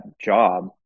job